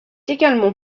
également